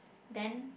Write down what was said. then